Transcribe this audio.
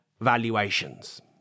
valuations